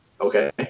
Okay